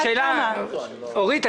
אורית,